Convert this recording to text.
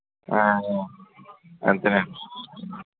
అంతేనండి